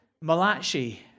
Malachi